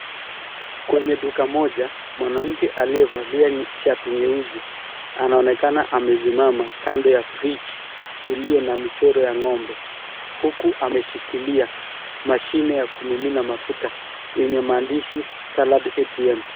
Kwenye duka moja mwanamke aliyovalia shati nyeusi, anaonekana amesimama kando ya fridge iliyo na michoro ya ng'ombe huku ameshikilia mashine ya kumimina mafuta yenye maandishi salad ATM .